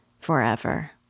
forever